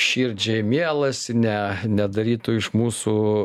širdžiai mielas ne nedarytų iš mūsų